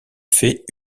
fait